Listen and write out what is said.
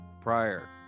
prior